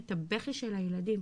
את הבכי של הילדים.